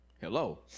Hello